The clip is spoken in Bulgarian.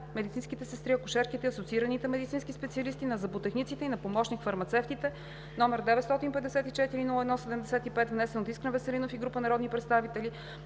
медицинските сестри, акушерките и асоциираните медицински специалисти, на зъботехниците и на помощник-фармацевтите, № 954-01-75, внесен от Искрен Веселинов и група народни представители